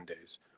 days